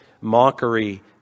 mockery